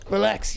Relax